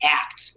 act